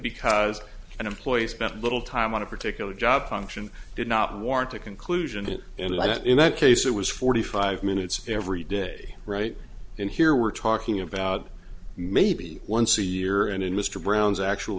because an employee spent little time on a particular job function did not warrant a conclusion it and i don't in that case it was forty five minutes every day right in here we're talking about maybe once a year and in mr brown's actual